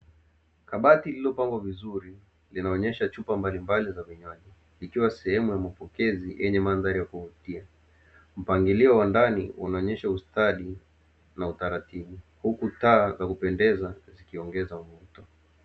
Kabati lililopangwa vizuri linaonyesha chupa mbalimbali za vinywaji, ikiwa sehemu ya mapokezi yenye mandhari ya kuvutia, mpangilio wa ndani unaonyesha ustadi na utaratibu, huku taa za kupendeza zikiongeza mvuto.